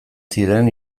ziren